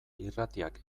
irratiak